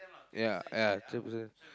ya ya three person